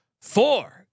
four